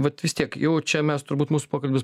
vat vis tiek jau čia mes turbūt mūsų pokalbis